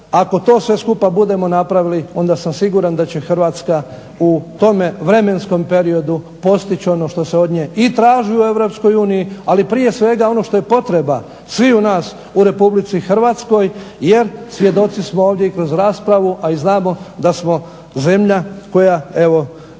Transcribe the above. ako to sve skupa budemo napravili onda sam siguran da će Hrvatska u tome vremenskom periodu postići ono što se od nje i traži u EU, ali prije svega ono što je potreba sviju nas u RH jer svjedoci smo ovdje i kroz raspravu, a i znamo da smo zemlja koja evo